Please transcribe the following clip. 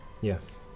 Yes